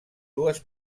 dues